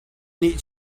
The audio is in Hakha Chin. nih